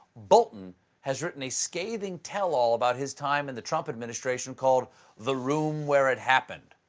bolton has written a scathing tell-all about his time in the trump administration called the room where it happened,